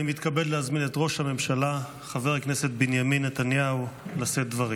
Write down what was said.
אני מתכבד להזמין את ראש הממשלה חבר הכנסת בנימין נתניהו לשאת דברים.